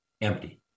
empty